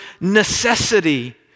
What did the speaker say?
necessity